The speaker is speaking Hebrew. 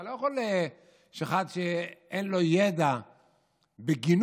אתה לא יכול שאחד שאין לו ידע בגינון